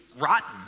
rotten